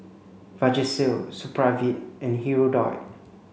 Vagisil Supravit and Hirudoid